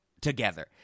together